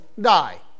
die